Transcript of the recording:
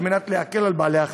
כדי להקל על בעלי החשבון.